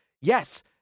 Yes